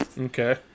Okay